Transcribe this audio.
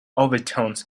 overtones